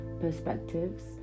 perspectives